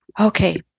okay